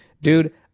Dude